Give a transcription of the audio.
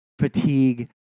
fatigue